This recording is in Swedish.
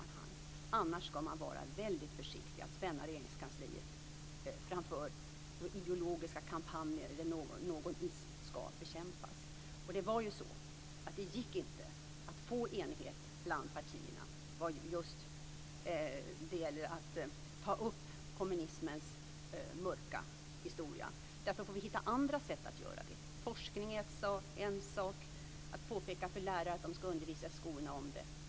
Men annars ska man vara väldigt försiktig att spänna Regeringskansliet framför ideologiska kampanjer när någon ism ska bekämpas. Det gick inte att få enighet bland partierna vad gällde att ta upp kommunismens mörka historia. Därför får vi hitta andra sätt att göra det. Forskning är ett sätt, och att påpeka för lärarna att de ska undervisa i skolorna om det är ett annat.